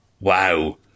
Wow